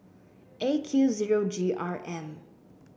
A Q zero G R M